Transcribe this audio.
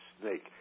snake